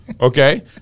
Okay